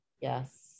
Yes